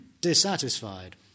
dissatisfied